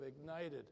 ignited